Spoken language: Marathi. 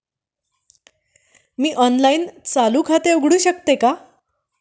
मी ऑनलाइन चालू खाते उघडू शकते का?